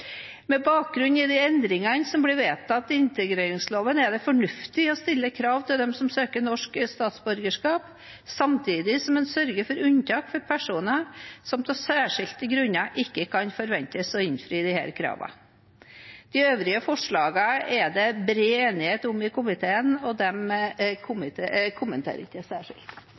Med bakgrunn i de endringene som ble vedtatt i integreringsloven, er det fornuftig å stille krav til dem som søker norsk statsborgerskap, samtidig som en sørger for unntak for personer som av særskilte grunner ikke kan forventes å innfri disse kravene. De øvrige forslagene er det bred enighet om i komiteen, og de kommenterer jeg ikke særskilt.